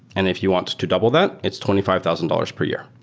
and if you want to double that, it's twenty five thousand dollars per year.